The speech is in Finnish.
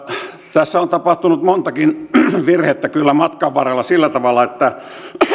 tässä on tapahtunut montakin virhettä kyllä matkan varrella sillä tavalla että